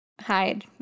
hide